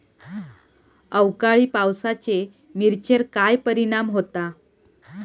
अवकाळी पावसाचे मिरचेर काय परिणाम होता?